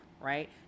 right